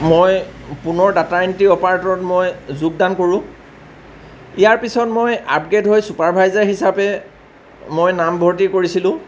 মই পুনৰ data entry অপাৰেটৰত মই যোগদান কৰোঁ ইয়াৰ পিছত মই আপগ্ৰেড হৈ ছুপাৰভাইজাৰ হিচাপে মই নাম ভৰ্তি কৰিছিলোঁ